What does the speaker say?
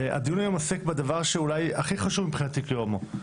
והדיון הזה היום עוסק בדבר שהוא אולי הכי חשוב מבחינתי כהומו.